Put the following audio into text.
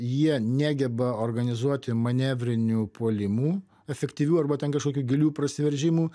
jie negeba organizuoti manevrinių puolimų efektyvių arba ten kažkokių gilių prasiveržimų